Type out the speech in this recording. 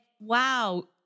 wow